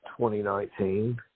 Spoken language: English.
2019